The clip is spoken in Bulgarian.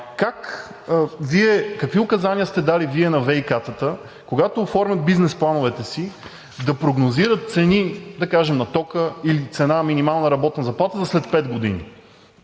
какви указания сте дали Вие на ВиК-тата, когато оформят бизнес плановете си, да прогнозират цени, да кажем, на тока или цена – минимална работна заплата, за след пет години?